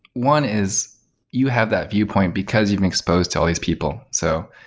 one is you have that viewpoint because you've been exposed to all these people. so,